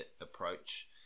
approach